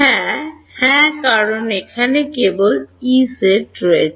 হ্যাঁ হ্যাঁ কারণ এখানে কেবল Ez রয়েছে